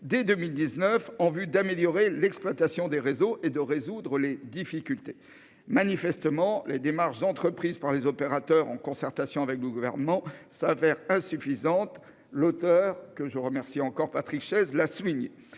dès 2019 en vue d'améliorer l'exploitation des réseaux et de résoudre les difficultés. Manifestement, les démarches entreprises par les opérateurs en concertation avec le Gouvernement sont insuffisantes, comme l'a souligné l'auteur de ce texte, Patrick Chaize, que